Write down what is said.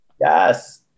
Yes